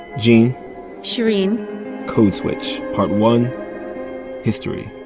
gene shereen code switch. part one history